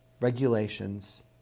regulations